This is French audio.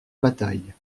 bataille